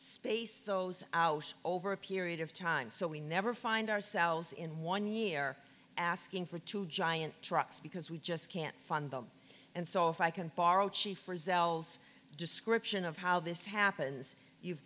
space those out over a period of time so we never find ourselves in one year asking for two giant trucks because we just can't find them and so if i can borrow chief rozelle zx description of how this happens you've